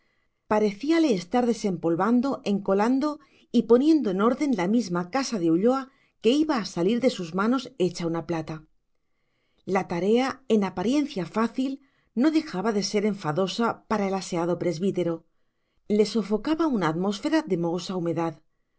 escritura parecíale estar desempolvando encolando y poniendo en orden la misma casa de ulloa que iba a salir de sus manos hecha una plata la tarea en apariencia fácil no dejaba de ser enfadosa para el aseado presbítero le sofocaba una atmósfera de mohosa humedad